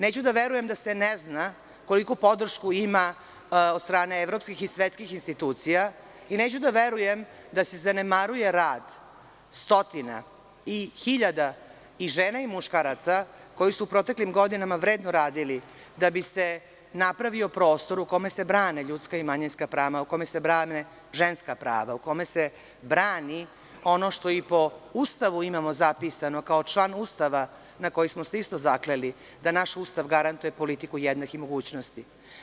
Neću da verujem da se ne zna koliku podršku ima od strane evropskih i svetskih institucija i neću da verujem da se zanemaruje rad stotina i hiljada i žena i muškaraca koji su u proteklim godinama vredno radili da bi se napravio prostor u kome se brane ljudska i manjinska prava, u kome se brane ženska prava, u kome se brani ono što i po Ustavu imamo zapisano kao član Ustava na koji smo se isto zakleli da naš Ustav garantuje politiku jednakih mogućnosti.